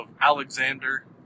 Alexander